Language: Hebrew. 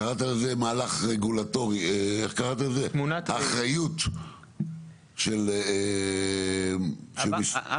קראת לזה מהלך רגולטורי, האחריות של --- אמרתי